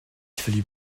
fallut